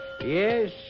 Yes